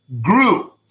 grew